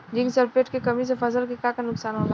Zinc sulphate के कमी से फसल के का नुकसान होला?